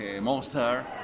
monster